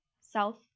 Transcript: south